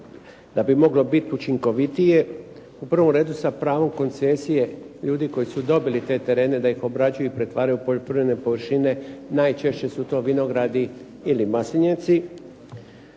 da bi moglo biti učinkovitije. U prvom redu sa pravom koncesije ljudi koji su dobili te terene da ih obrađuju i pretvaraju u poljoprivredne površine, najčešće su to vinogradi ili maslinici.